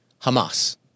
Hamas